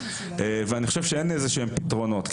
ואני חושב שאין איזשהם פתרונות,